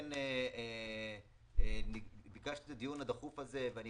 לכן ביקשתי את הדיון הדחוף הזה ואני